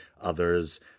Others